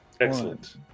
excellent